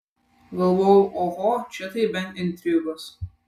galvojau oho čia tai bent intrigos